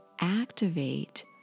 activate